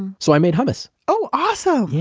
so, i made hummus oh, awesome. yeah